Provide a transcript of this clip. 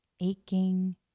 aching